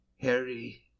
harry